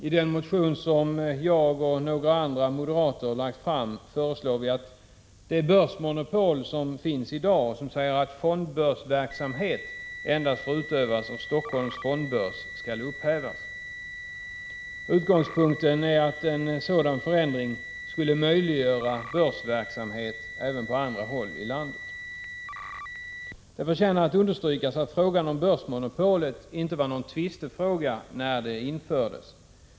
I den motion som jag och några andra moderater lagt fram föreslår vi att det börsmonopol som finns i dag, och som säger att fondbörsverksamhet endast får utövas av Stockholms fondbörs, skall upphävas. Utgångspunkten är att en sådan förändring skulle möjliggöra börsverksamhet även på andra håll i landet. Det förtjänar att understrykas att frågan om börsmonopolet inte var någon tvistefråga när det infördes.